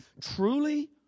Truly